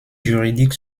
juridiques